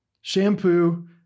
shampoo